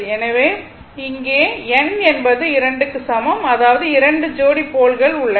எனவே இங்கே p என்பது 2 க்கு சமம் அதாவது இரண்டு ஜோடி போல் உள்ளன